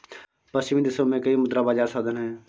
पश्चिमी देशों में कई मुद्रा बाजार साधन हैं